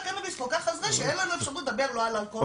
ככה זה שאין לנו אפשרות לדבר לא על האלכוהול,